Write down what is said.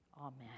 amen